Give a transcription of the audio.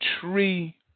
tree